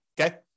okay